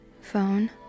phone